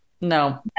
No